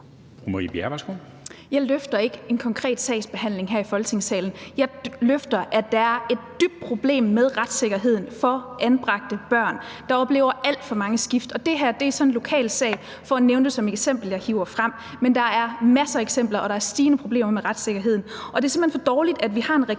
Jeg løfter ikke en konkret sagsbehandling her i Folketingssalen. Jeg løfter, at der er et dybt problem med retssikkerheden for anbragte børn, der oplever alt for mange skift, og det her er så en lokal sag, jeg hiver frem som et eksempel, men der er masser af eksempler, og der er stigende problemer med retssikkerheden. Det er simpelt hen for dårligt, at vi har en regering,